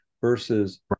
Versus